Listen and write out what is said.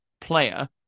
player